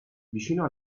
vicino